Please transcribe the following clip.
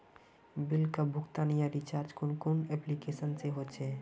Bill का भुगतान या रिचार्ज कुन कुन एप्लिकेशन से होचे?